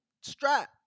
strap